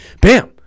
bam